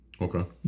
Okay